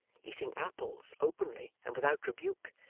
eating apples openly and without rebuke,